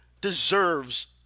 deserves